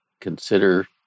consider